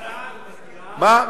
משרד, מזכירה, טלפון, הוצאות.